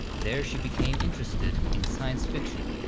there she became interested in science fiction,